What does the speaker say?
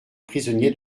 prisonniers